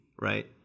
right